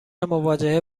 مواجهه